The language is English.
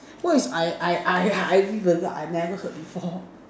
where is I I I ya I revenge I never forgive her